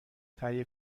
تهیه